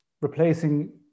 replacing